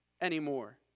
anymore